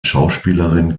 schauspielerin